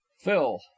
phil